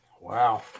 Wow